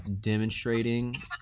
demonstrating